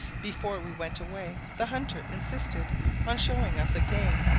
before we went away the hunter insisted on showing us a game,